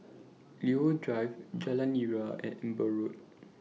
Leo Drive Jalan Nira and Amber Road